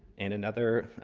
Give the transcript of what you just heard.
and another